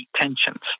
tensions